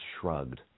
Shrugged